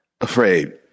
Afraid